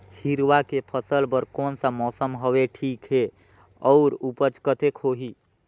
हिरवा के फसल बर कोन सा मौसम हवे ठीक हे अउर ऊपज कतेक होही?